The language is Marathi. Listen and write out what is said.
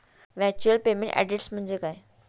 व्हर्च्युअल पेमेंट ऍड्रेस म्हणजे काय?